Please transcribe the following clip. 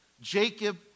Jacob